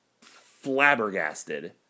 flabbergasted